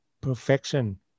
perfection